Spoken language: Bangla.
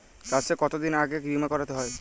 চাষে কতদিন আগে বিমা করাতে হয়?